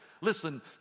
Listen